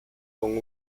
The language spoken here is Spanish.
con